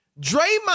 Draymond